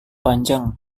panjang